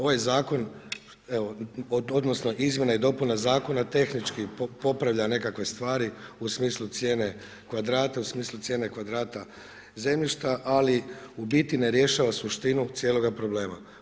Ovaj zakon odnosno izmjena i dopunama zakona tehnički popravlja nekakve stvari u smislu cijene kvadrata u smislu cijene kvadrata zemljišta, ali u biti ne rješava suštinu cijeloga problema.